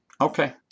Okay